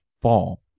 ball